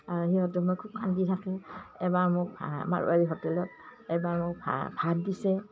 সিহঁতে মোৰ খুব কান্দি থাকে এবাৰ মোক মাৰোৱাৰী হোটেলত এবাৰ মোক ভাত দিছে